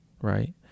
right